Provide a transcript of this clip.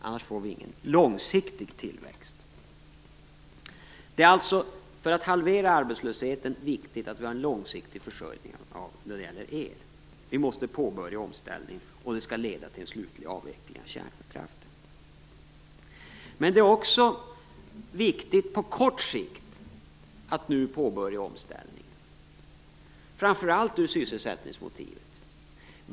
Annars får vi ingen långsiktig tillväxt. För att halvera arbetslösheten är det viktigt att vi har en långsiktig försörjning av el. Vi måste påbörja en omställning, och den skall leda till en slutlig avveckling av kärnkraften. Det är vidare viktigt på kort sikt att nu påbörja omställningen framför allt ur sysselsättningssynpunkt.